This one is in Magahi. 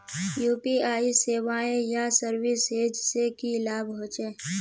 यु.पी.आई सेवाएँ या सर्विसेज से की लाभ होचे?